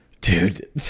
Dude